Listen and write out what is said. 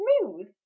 smooth